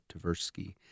Tversky